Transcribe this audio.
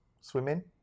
Swimming